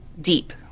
deep